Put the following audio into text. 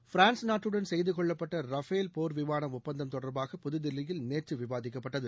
France நாட்டுடன் செய்தகொள்ளப்பட்ட Rafale போர் விமானம் ஒப்பந்தம் தொடர்பாக புதுதில்லியில் நேற்று விவாதிக்கப்பட்டது